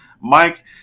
Mike